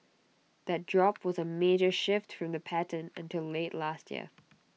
that drop was A major shift from the pattern until late last year